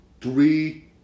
three